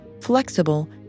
flexible